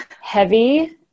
heavy